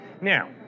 Now